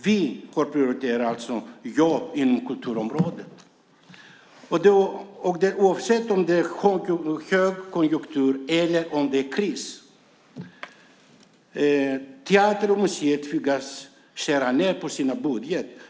Vi prioriterar jobb inom kulturområdet oavsett om det är högkonjunktur eller om det är kris. Teatrar och museer tvingas skära ned i sina budgetar.